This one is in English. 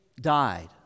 died